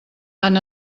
han